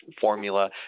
formula